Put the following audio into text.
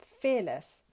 Fearless